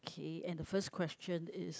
okay and the first question is